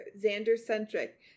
Xander-centric